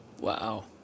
Wow